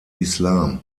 islam